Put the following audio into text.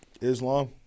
Islam